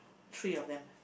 three of them